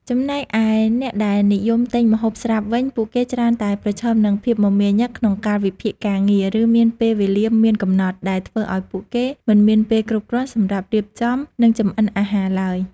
ចំណែកឯអ្នកដែលនិយមទិញម្ហូបស្រាប់វិញ ពួកគេច្រើនតែប្រឈមនឹងភាពមមាញឹកក្នុងកាលវិភាគការងារ ឬមានពេលវេលាមានកំណត់ ដែលធ្វើឱ្យពួកគេមិនមានពេលគ្រប់គ្រាន់សម្រាប់រៀបចំ និងចម្អិនអាហារឡើយ។